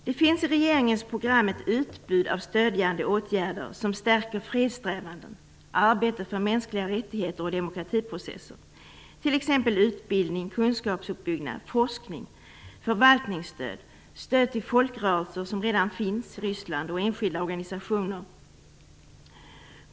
Det finns i regeringens program ett utbud av stödjande åtgärder som stärker fredssträvanden och arbete för mänskliga rättigheter och demokratiprocesser, t.ex. utbildning, kunskapsuppbyggnad, forskning, förvaltningsstöd och stöd till folkraser som redan finns i Ryssland samt till enskilda organisationer.